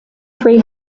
three